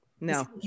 no